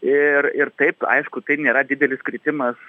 ir ir taip aišku tai nėra didelis kritimas